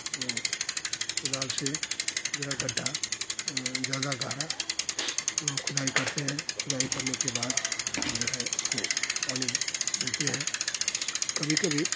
और कुदाल से जो है गड्ढा ज़्यादा गहरा खुदाई करते हैं खुदाई करने के बाद जो है उसको पानी देते हैं कभी कभी